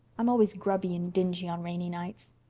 i'm always grubby and dingy on rainy nights.